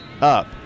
up